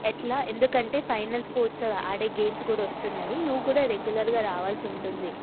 ఎట్లా ఎందుకంటే final sports ఆడే గేమ్స్ కూడా వస్తున్నాయి నువ్వు కూడా రెగ్యులర్గా రావాల్సి ఉంటుంది